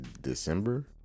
December